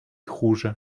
хуже